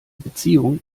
beziehung